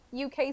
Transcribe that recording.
UK